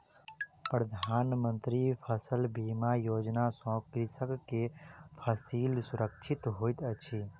प्रधान मंत्री फसल बीमा योजना सॅ कृषक के फसिल सुरक्षित होइत अछि